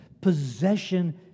possession